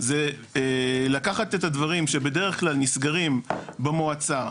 זה לקחת את הדברים שבדרך כלל נסגרים במועצה,